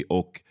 och